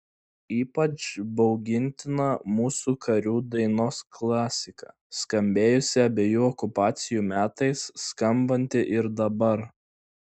ypač baugintina mūsų karių dainos klasika skambėjusi abiejų okupacijų metais skambanti ir dabar